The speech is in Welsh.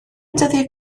dyddiau